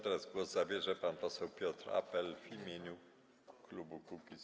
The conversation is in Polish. Teraz głos zabierze pan poseł Piotr Apel w imieniu klubu Kukiz’15.